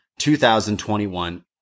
2021